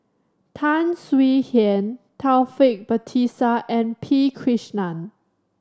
Tan Swie Hian Taufik Batisah and P Krishnan